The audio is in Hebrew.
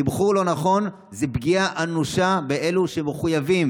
תמחור לא נכון זה פגיעה אנושה בשביל אלה שמחויבים